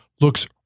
looks